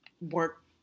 work